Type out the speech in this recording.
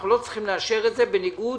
אנחנו לא צריכים לאשר את זה, בניגוד